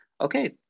okay